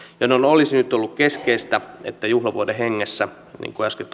olisi nyt ollut keskeistä että juhlavuoden hengessä niin kuin äsken